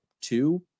two